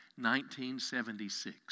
1976